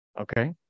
okay